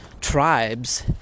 tribes